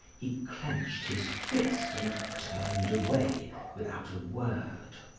he clenched his fist and turned away without a word.